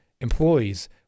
employees